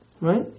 Right